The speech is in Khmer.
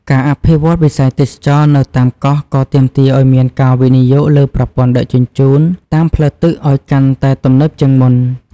ការអភិវឌ្ឍវិស័យទេសចរណ៍នៅតាមកោះក៏ទាមទារឱ្យមានការវិនិយោគលើប្រព័ន្ធដឹកជញ្ជូនតាមផ្លូវទឹកឱ្យកាន់តែទំនើបជាងមុន។